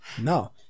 No